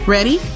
Ready